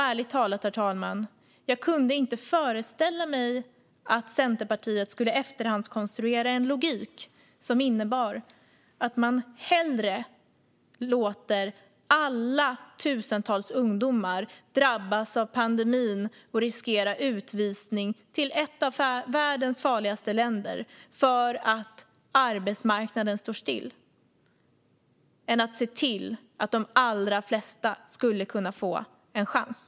Ärligt talat, herr talman, kunde jag inte föreställa mig att Centerpartiet skulle efterhandskonstruera en logik som innebär att man hellre låter alla tusentals ungdomar drabbas av pandemin och riskera utvisning till ett av världens farligaste länder för att arbetsmarknaden står still än att se till att de allra flesta skulle kunna få en chans.